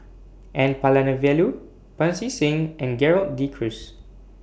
N Palanivelu Pancy Seng and Gerald De Cruz